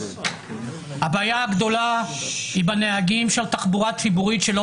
הבעיה הגדולה היא בנהגים של התחבורה הציבורית שלא